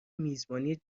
میزبانی